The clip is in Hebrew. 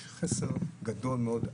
יש חוסר גדול מאוד.